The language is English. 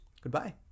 Goodbye